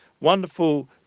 wonderful